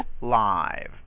live